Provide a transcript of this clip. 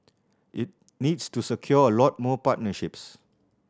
it needs to secure a lot more partnerships